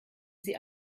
sie